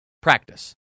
practice